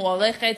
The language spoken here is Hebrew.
מוערכת,